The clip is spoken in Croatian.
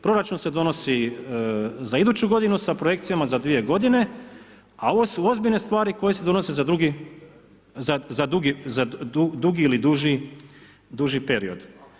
Proračun se donosi za iduću godinu sa projekcijama za dvije godine a ovo su ozbiljne stvari koje se donose za drugi, za dugi ili duži period.